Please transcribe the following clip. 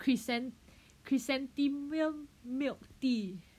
chrysan~ chrysanthemum milk tea